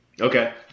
Okay